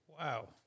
Wow